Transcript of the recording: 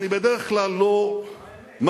אני בדרך כלל לא מגיב.